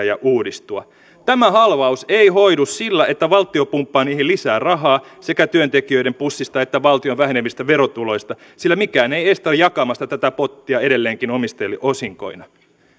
ja uudistua tämä halvaus ei hoidu sillä että valtio pumppaa niihin lisää rahaa sekä työntekijöiden pussista että valtion vähenevistä verotuloista sillä mikään ei estä jakamasta tätä pottia edelleenkin omistajille osinkoina